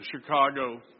Chicago